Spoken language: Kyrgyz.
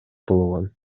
болгон